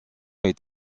est